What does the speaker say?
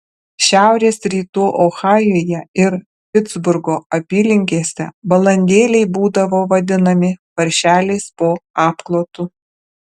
šiaurės rytų ohajuje ir pitsburgo apylinkėse balandėliai būdavo vadinami paršeliais po apklotu